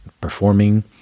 performing